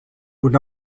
would